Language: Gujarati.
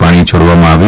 પાણી છોડવામાં આવ્યું